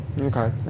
Okay